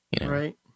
Right